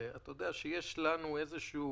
אתה יודע שיש לנו איזשהו